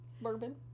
Bourbon